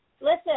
Listen